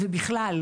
ובכלל,